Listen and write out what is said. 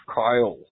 Kyle